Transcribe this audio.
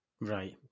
Right